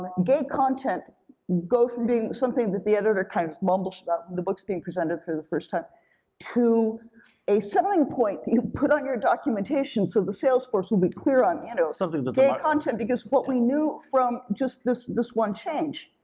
gay content go from being something that the editor kind of mumbles about when the book's being presented for the first time to a selling point that you put on your documentation so the sales force will be clear on, you know something that the market gay content, because what we knew from just this this one change,